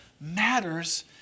matters